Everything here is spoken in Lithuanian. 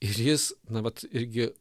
ir jis na vat irgi